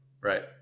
Right